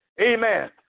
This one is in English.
Amen